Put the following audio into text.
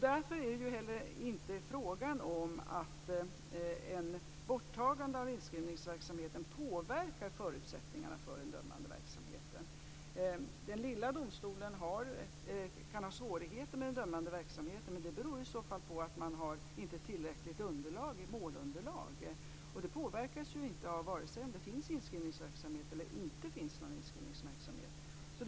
Därför är det heller inte fråga om att ett borttagande av inskrivningsverksamheten påverkar förutsättningarna för den dömande verksamheten. Den lilla domstolen kan ha svårigheter med den dömande verksamheten men det beror i så fall på att man inte har ett tillräckligt målunderlag. Det påverkas inte vare sig av om det finns en inskrivningsverksamhet eller av om det inte finns någon inskrivningsverksamhet.